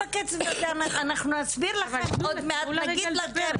כלום, נסביר לכם עוד מעט ולא אומרים.